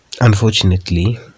unfortunately